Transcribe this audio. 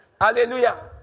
Hallelujah